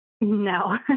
No